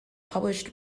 published